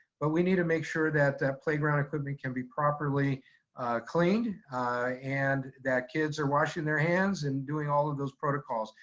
but we need to make sure that that playground equipment can be properly cleaned and that kids are washing their hands and doing all of those protocols.